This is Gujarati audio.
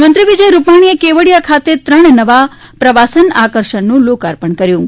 મુખ્યમંત્રી વિજય રૂપાણીએ કેવડીયા ખાતે ત્રણ નવા પ્રવાસન આકર્ષણનું લોકાર્પણ કર્યું છે